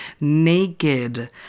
naked